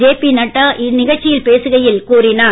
JP Nadda இந்நிகழ்ச்சியில் பேசுகையில் கூறினார்